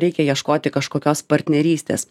reikia ieškoti kažkokios partnerystės